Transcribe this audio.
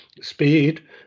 speed